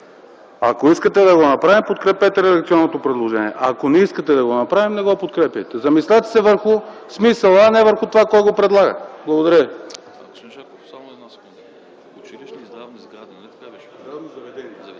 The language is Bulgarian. Ако искате да го направим – подкрепете редакционното предложение. Ако не искате да го направим – не го подкрепяйте. Замислете се върху смисъла, а не върху това кой го предлага. Благодаря ви.